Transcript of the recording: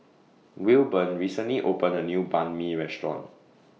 Wilburn recently opened A New Banh MI Restaurant